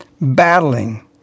battling